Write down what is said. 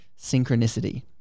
synchronicity